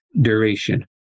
duration